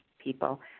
people